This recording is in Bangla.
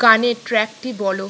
গানের ট্র্যাকটি বলো